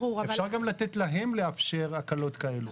אפשר גם לתת להם לאפשר הקלות כאלה.